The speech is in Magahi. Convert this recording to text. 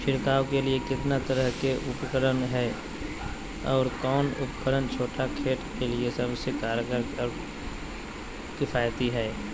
छिड़काव के लिए कितना तरह के उपकरण है और कौन उपकरण छोटा खेत के लिए सबसे कारगर और किफायती है?